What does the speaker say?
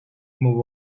move